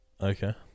Okay